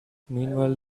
meanwhile